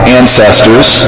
ancestors